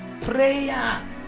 Prayer